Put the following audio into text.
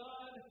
God